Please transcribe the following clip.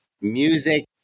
music